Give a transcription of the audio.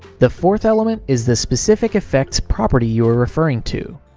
the fourth element is the specific effect property you are referring to.